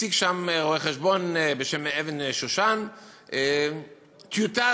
הציג שם רואה-חשבון בשם אבן-שושן טיוטה